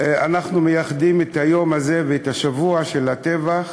אנחנו מייחדים את היום הזה ואת השבוע של הטבח